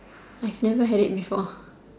I've never had it before